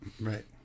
Right